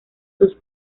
sus